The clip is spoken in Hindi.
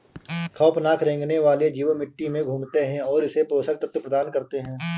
खौफनाक रेंगने वाले जीव मिट्टी में घूमते है और इसे पोषक तत्व प्रदान करते है